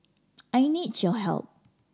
I need your help